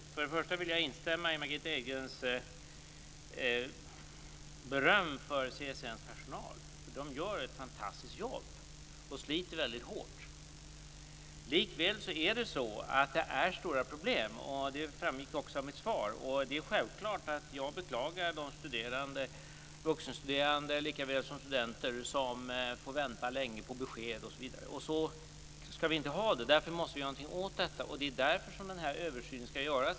Fru talman! För det första vill jag instämma i Margitta Edgrens beröm av CSN:s personal. De gör ett fantastiskt jobb och sliter väldigt hårt. Likväl är det stora problem. Det framgick också av mitt svar. Det är självklart att jag beklagar de studerande, vuxenstuderande såväl som studenter, som får vänta länge på besked osv. Så skall vi inte ha det. Därför måste vi göra någonting åt detta. Det är därför som den här översynen skall göras.